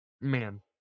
Man